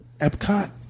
Epcot